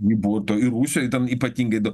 būtų ir rusijoj ten ypatingai dau